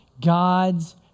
God's